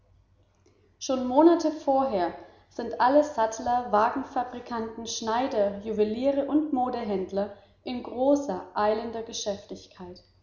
schon monate vorher sind alle sattler wagenfabrikanten schneider juweliere und modehändler in großer eilender geschäftigkeit